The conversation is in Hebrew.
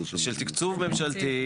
של תקצוב ממשלתי,